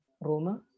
Roma